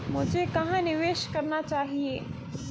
मुझे कहां निवेश करना चाहिए?